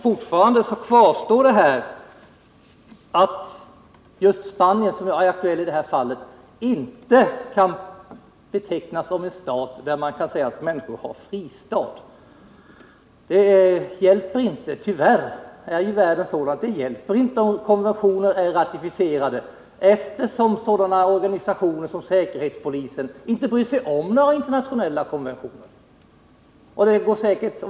Fortfarande kvarstår det faktum att just Spanien, som är det land som är aktuellt i det här fallet, inte kan betecknas som en stat där människor kan ha en fristad. Tyvärr är världen sådan att det inte hjälper att konventioner är ratificerade, eftersom sådana organisationer som säkerhetspolisen inte bryr sig om internationella konventioner.